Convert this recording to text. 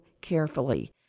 carefully